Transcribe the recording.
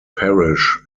parish